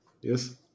Yes